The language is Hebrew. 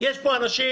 אנשים,